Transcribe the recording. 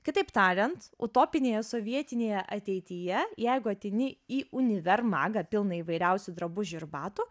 kitaip tariant utopinėje sovietinėje ateityje jeigu ateini į univermagą pilną įvairiausių drabužių ir batų